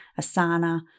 Asana